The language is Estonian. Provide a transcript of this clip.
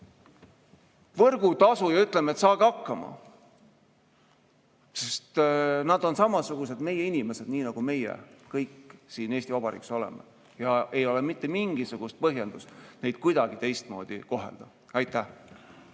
võrgutasu ja ütleme, et saagu hakkama. Nad on samasugused meie inimesed, nii nagu meie kõik siin Eesti Vabariigis oleme. Ei ole mitte mingisugust põhjendust neid kuidagi teistmoodi kohelda. Aitäh!